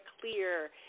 clear